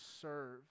serve